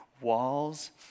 walls